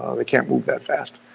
um can't move that fast.